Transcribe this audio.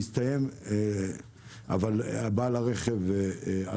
שסיים כבר את הטעינה,